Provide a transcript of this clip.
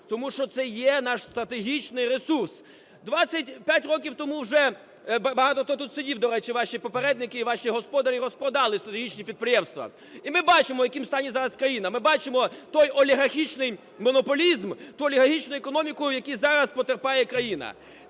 Тому що це є наш стратегічний ресурс. 25 років тому вже багато тут хто сидів, до речі, ваші попередники і ваші господарі розпродали стратегічні підприємства. І ми бачимо, в якому стані зараз країна, ми бачимо той олігархічний монополізм, ту олігархічну економіку, в якій зараз потерпає країна.